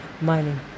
mining